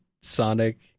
Sonic